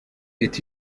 est